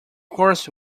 course